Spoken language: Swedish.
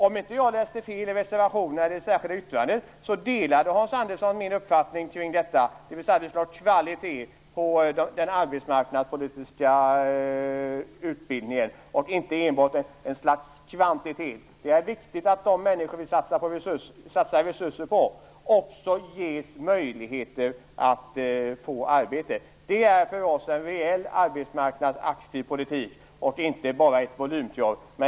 Om jag inte läste fel i reservationen delar Hans Andersson min uppfattning kring detta, dvs. att det skall vara kvalitet på den arbetsmarknadspolitiska utbildningen och inte enbart kvantitet. Det är viktigt att de människor vi satsar resurser på också ges möjligheter att få arbete. Det är för oss en reell aktiv arbetsmarknadspolitik. Det får inte bara finnas ett volymkrav.